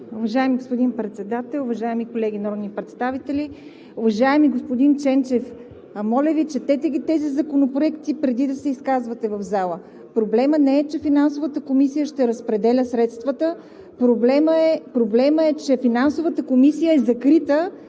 Уважаеми господин Председател, уважаеми колеги народни представители! Уважаеми господин Ченчев, моля Ви, четете тези законопроекти, преди да се изказвате в залата! Проблемът не е, че Финансовата комисия ще разпределя средствата, проблемът е, че Финансовата комисия е закрита